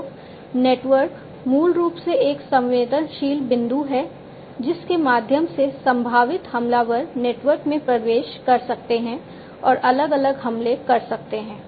तो नेटवर्क मूल रूप से एक संवेदनशील बिंदु है जिसके माध्यम से संभावित हमलावर नेटवर्क में प्रवेश कर सकते हैं और अलग अलग हमले कर सकते हैं